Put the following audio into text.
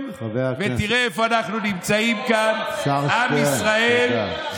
לא שאני מסכים עם הערכים שלכם,